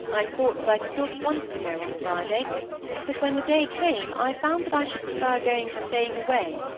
i thought that i did not want to go on friday but when the day came, i found that i should prefer going to staying away,